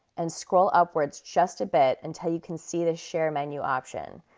and scroll upwards just a bit until you can see the share menu option.